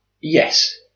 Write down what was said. Yes